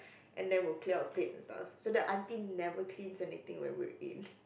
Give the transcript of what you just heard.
and then we'll clear our plates ourselves so the auntie never clears anything when we're in